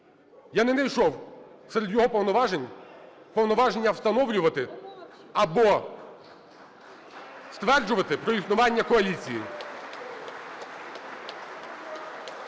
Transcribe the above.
Я не найшов серед його повноважень повноваження встановлювати або стверджувати про існування коаліції.